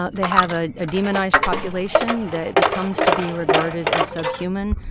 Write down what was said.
ah they have a ah demonized population that becomes to be regarded as subhuman,